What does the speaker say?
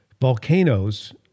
Volcanoes